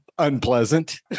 unpleasant